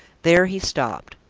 there he stopped.